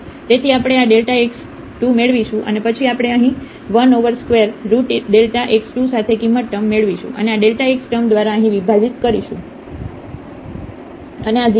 તેથી આપણે આ x 2 મેળવીશું અને પછી આપણે અહીં 1 ઓવર સ્ક્વેર રૂટ x 2 સાથે કિંમત ટૅમ મેળવીશું અને આ x ટર્મ દ્વારા અહીં વિભાજીત કરીશું અને આ 0 છે